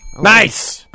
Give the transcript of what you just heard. Nice